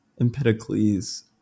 Empedocles